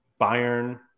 Bayern